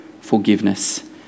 forgiveness